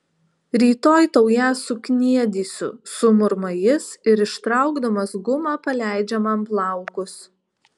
rytoj tau ją sukniedysiu sumurma jis ir ištraukdamas gumą paleidžia man plaukus